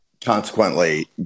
consequently